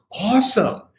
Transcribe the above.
awesome